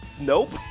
Nope